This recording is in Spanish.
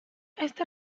este